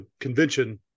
convention